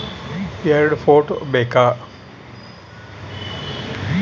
ಎರಡು ಫೋಟೋ ಬೇಕಾ?